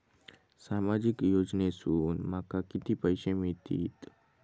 सामाजिक योजनेसून माका किती पैशे मिळतीत?